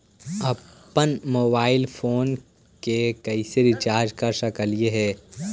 अप्पन mobile phone के कैसे रिचार्ज कर सकली हे?